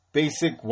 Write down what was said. basic